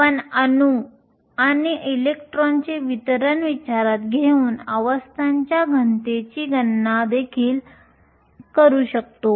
आपण अणू आणि इलेक्ट्रॉनचे वितरण विचारात घेऊन अवस्थांच्या घनतेची गणना देखील करू शकतो